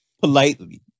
politely